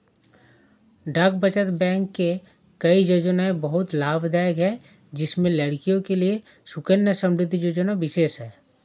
डाक बचत बैंक की कई योजनायें बहुत लाभदायक है जिसमें लड़कियों के लिए सुकन्या समृद्धि योजना विशेष है